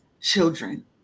children